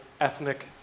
ethnic